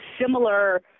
similar